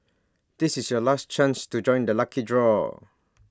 this is your last chance to join the lucky draw